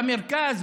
במרכז,